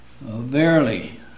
verily